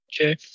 Okay